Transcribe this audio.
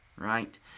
Right